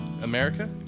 America